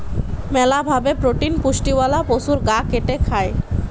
মেলা ভাবে প্রোটিন পুষ্টিওয়ালা পশুর গা কেটে খায়